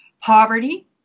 poverty